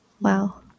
Wow